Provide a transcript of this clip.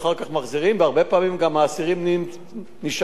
והרבה פעמים האסירים נשארים לאשפוז